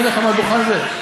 אומרים לכם מעל הדוכן הזה.